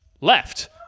left